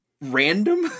random